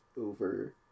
over